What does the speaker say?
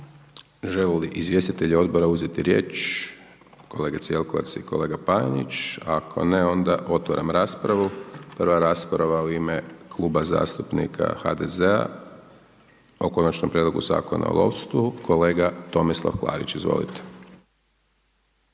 Želi li izvjestitelj odbora uzeti riječ? Kolegica Jelkovac i kolega Panenić, ako ne onda otvaram raspravu, prva rasprava u ime Kluba zastupnika HDZ-a o Konačnom prijedloga Zakona o lovstvu, kolega Tomislav Klarić, izvolite.